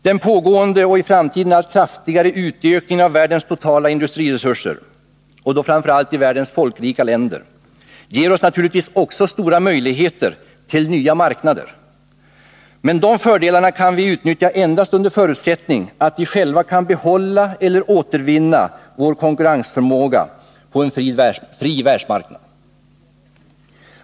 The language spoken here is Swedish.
Den pågående och i framtiden allt kraftigare utökningen av världens totala industriresurser, framför allt i världens folkrika länder, ger oss naturligtvis också stora möjligheter när det gäller nya marknader. Men de fördelarna kan vi utnyttja endast under förutsättning att vi själva kan behålla eller återvinna vår konkurrensförmåga på en fri världsmarknad.